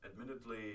admittedly